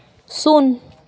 ᱥᱩᱱ